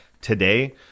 today